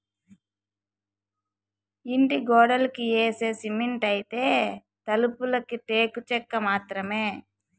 ఇంటి గోడలకి యేసే సిమెంటైతే, తలుపులకి టేకు చెక్క మాత్రమే